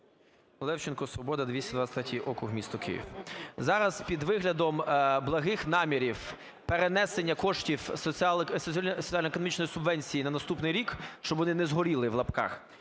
Левченко, "Свобода", 223 округ, місто Київ. Зараз під виглядом благих намірів перенесення коштів соціально-економічної субвенції на наступний рік, щоб вони не згоріли в лапках,